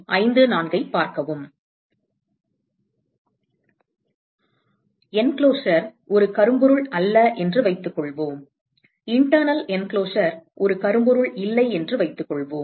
அடைப்பு ஒரு கரும்பொருள் அல்ல என்று வைத்துக்கொள்வோம் உட்புற அடைப்பு ஒரு கரும்பொருள் இல்லை என்று வைத்துக்கொள்வோம்